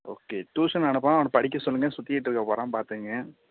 okay tuition அனுப்பாமல் அவனை படிக்கச் சொல்லுங்கள் சுற்றிக்கிட்டு இருக்கப் போகிறான் பார்த்துக்குங்க